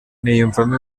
niyumvamo